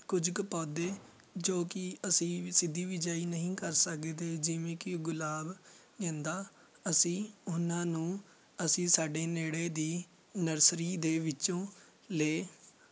ਕੁਝ ਕੁ ਪੌਦੇ ਜੋ ਕਿ ਅਸੀਂ ਵੀ ਸਿੱਧੀ ਬੀਜਾਈ ਨਹੀਂ ਕਰ ਸਕਦੇ ਜਿਵੇਂ ਕਿ ਗੁਲਾਬ ਗੈਂਦਾ ਅਸੀਂ ਉਹਨਾਂ ਨੂੰ ਅਸੀਂ ਸਾਡੇ ਨੇੜੇ ਦੀ ਨਰਸਰੀ ਦੇ ਵਿੱਚੋਂ ਲੈ